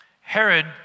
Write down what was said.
Herod